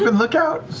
but look out?